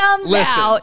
Listen